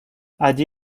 allí